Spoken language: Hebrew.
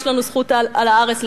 יש לנו זכות על הארץ,